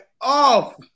off